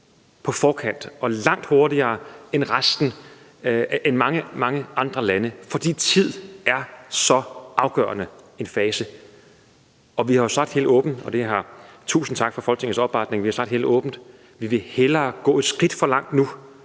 på forkant og langt hurtigere end i mange andre lande, for tid er så afgørende en faktor. Og vi har jo sagt helt åbent – og tusind tak for Folketingets opbakning – at vi hellere vil gå et skridt for langt nu,